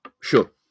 Sure